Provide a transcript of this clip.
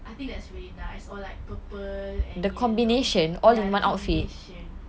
I think that's really nice like purple ya one combination